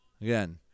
Again